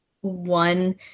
one